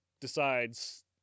decides